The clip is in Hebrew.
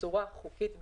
בצורה חוקית בישראל,